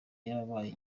yarabaye